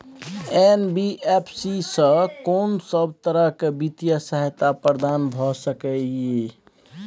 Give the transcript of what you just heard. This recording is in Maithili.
एन.बी.एफ.सी स कोन सब तरह के वित्तीय सहायता प्रदान भ सके इ? इ